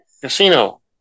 casino